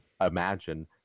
imagine